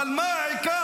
אבל מה העיקר?